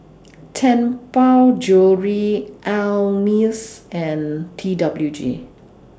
Tianpo Jewellery Ameltz and T W G